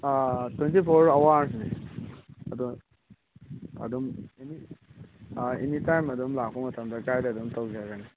ꯑꯥ twenty four ꯑꯥꯋꯔꯅꯦ ꯑꯗꯣ ꯑꯗꯨꯝ ꯑꯦꯅꯤ ꯑꯥ ꯑꯦꯅꯤ ꯇꯥꯏꯝ ꯑꯗꯨꯝ ꯂꯥꯛꯄ ꯃꯇꯝꯗ ꯒꯥꯏꯗ ꯑꯗꯨꯝ ꯇꯧꯖꯒꯅꯤ